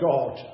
God